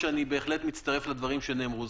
ובהחלט אני מצטרף לדברים שנאמרו.